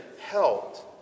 helped